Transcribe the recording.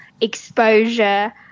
exposure